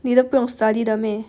你都不用 study 的 meh